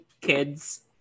kids